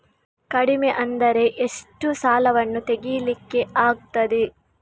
ಕಡಿಮೆ ಅಂದರೆ ಎಷ್ಟು ಸಾಲವನ್ನು ತೆಗಿಲಿಕ್ಕೆ ಆಗ್ತದೆ?